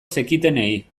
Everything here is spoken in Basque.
zekitenei